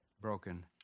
broken